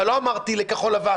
לא אמרתי על כחול לבן.